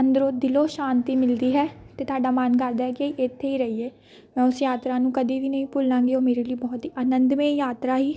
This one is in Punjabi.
ਅੰਦਰੋਂ ਦਿਲੋਂ ਸ਼ਾਂਤੀ ਮਿਲਦੀ ਹੈ ਅਤੇ ਤੁਹਾਡਾ ਮਨ ਕਰਦਾ ਹੈ ਕਿ ਇੱਥੇ ਹੀ ਰਹੀਏ ਮੈਂ ਉਸ ਯਾਤਰਾ ਨੂੰ ਕਦੇ ਵੀ ਨਹੀਂ ਭੁੱਲਾਂਗੀ ਉਹ ਮੇਰੇ ਲਈ ਬਹੁਤ ਹੀ ਆਨੰਦਮਈ ਯਾਤਰਾ ਸੀ